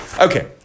Okay